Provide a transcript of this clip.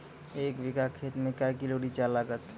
एक बीघा खेत मे के किलो रिचा लागत?